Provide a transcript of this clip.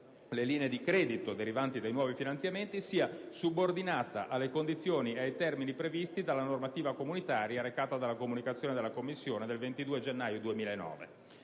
le linee di credito derivanti dai nuovi finanziamenti sia subordinata alle condizioni e ai termini previsti dalla normativa comunitaria recata dalla Comunicazione della Commissione europea del 22 gennaio 2009.